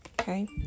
okay